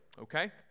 okay